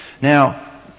Now